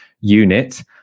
unit